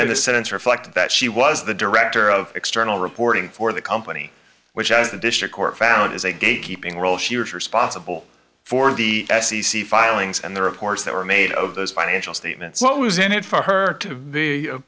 and the sentence reflected that she was the director of external reporting for the company which as the district court found is a gatekeeping role she was responsible for the s e c filings and the reports that were made of those financial statements what was in it for her to